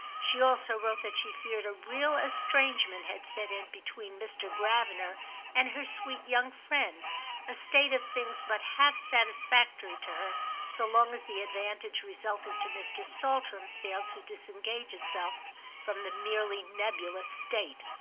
she also wrote that she feared a real estrangement had set in between mr. gravener and her sweet young friend a state of things but half satisfactory to her so long as the advantage resulting to mr. saltram failed to disengage itself from the merely nebulous state.